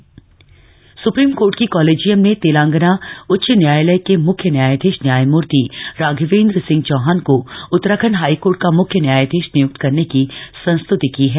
मख्य न्यायाधीश supreme court की कोलेजियम ने तेलंगाना उच्च न्यायालय के मुख्य न्यायाधीश न्यायमुर्ति राघवेन्द्र सिंह चौहान को उत्तराखंड हाईकोर्ट का मुख्य न्यायधीश निय्क्त करने की संस्तृति की है